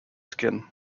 skin